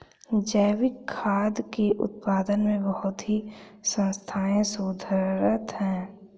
जैविक खाद्य के उत्पादन में बहुत ही संस्थाएं शोधरत हैं